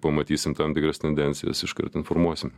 pamatysim tam tikras tendencijas iškart informuosim